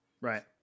right